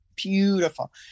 beautiful